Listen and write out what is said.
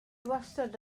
wastad